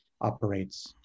operates